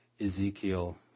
Ezekiel